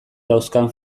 dauzkan